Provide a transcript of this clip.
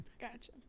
gotcha